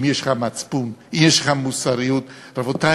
אם יש לך מצפון, אם יש לך מוסריות, רבותי,